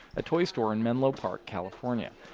a toy store in menlo park, calif. um yeah